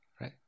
right